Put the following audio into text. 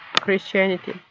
Christianity